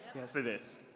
yes, it is.